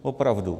Opravdu.